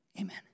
Amen